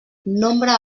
nombre